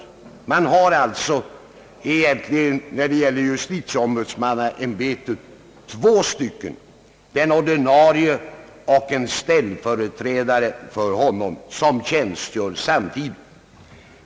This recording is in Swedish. Vi har alltså egentligen, när det gäller justitieombudsmannaämbetet, två stycken ombudsmän — den ordinarie och en ställföreträdare för honom, vilka tjänstgör samtidigt.